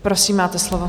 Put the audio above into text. Prosím, máte slovo.